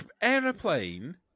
airplane